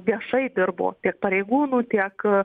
viešai dirbo tiek pareigūnų tiek